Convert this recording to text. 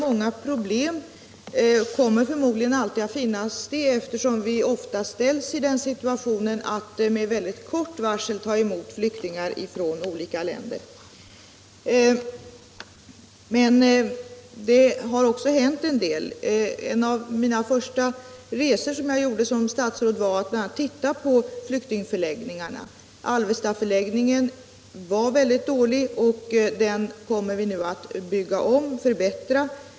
Många problem kommer förmodligen alltid att finnas, eftersom vi ofta ställs i den situationen att vi med kort varsel måste ta emot flyktingar från olika länder. Men det har också hänt en del. En av mina första resor som statsråd gällde att titta på flyktingförläggningarna. Alvestaförläggningen var väldigt dålig, och den kommer vi nu att bygga om och förbättra.